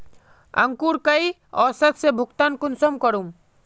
अंकूर कई औसत से भुगतान कुंसम करूम?